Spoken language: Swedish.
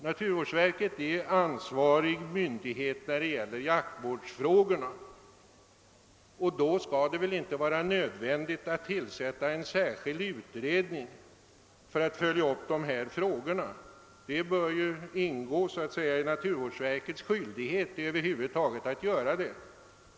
Naturvårdsverket är ansvarig myndighet när det gäller jaktvårdsfrågorna, och det skall väl därför inte vara nödvändigt att tillsätta en särskild utredning för att följa dessa. Det bör ingå i naturvårdsverkets allmänna skyldighet att göra detta.